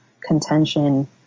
contention